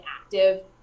active